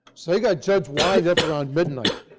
so they got judge wylie up around midnight.